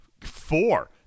four